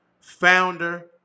founder